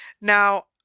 Now